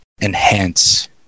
enhance